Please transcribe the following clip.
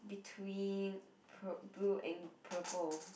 between pur~ blue and purple